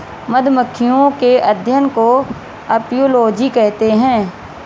मधुमक्खियों के अध्ययन को अपियोलोजी कहते हैं